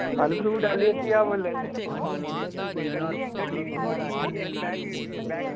फल फ्रूट आह्ली हट्टिया बोल्ला नै